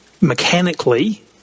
mechanically